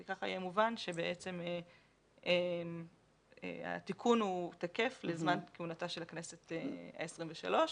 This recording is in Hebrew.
כך יהיה מובן שבעצם התיקון הוא תקף לזמן כהונתה של הכנסת ה-23.